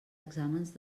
exàmens